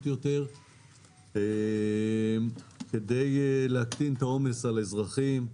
יותר כדי להקטין את העומס על אזרחים,